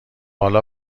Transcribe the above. حالا